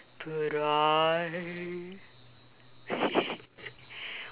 but I